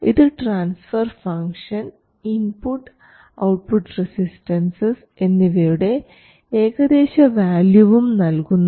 ഇത് transfer function input output resistances എന്നിവയുടെ ഏകദേശ വാല്യുവും നൽകുന്നു